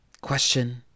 question